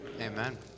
Amen